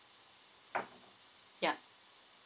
yeah